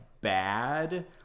bad